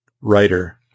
Writer